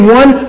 one